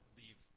leave